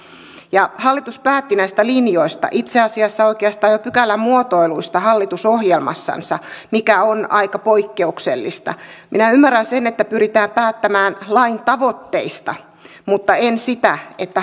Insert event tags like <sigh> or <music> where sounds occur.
hallitus päätti näistä linjoista itse asiassa oikeastaan jo pykälän muotoiluista hallitusohjelmassansa mikä on aika poikkeuksellista minä ymmärrän sen että pyritään päättämään lain tavoitteista mutta en sitä että <unintelligible>